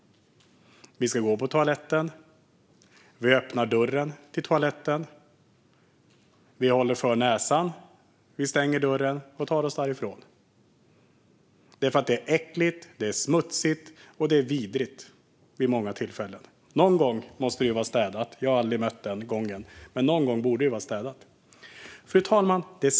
Vi ska gå på toaletten. Vi öppnar dörren till toaletten. Vi håller för näsan. Vi stänger dörren och tar oss därifrån. Det är för att det är äckligt, smutsigt och vidrigt vid många tillfällen. Någon gång måste det vara städat. Men jag har aldrig varit med om det. Fru talman!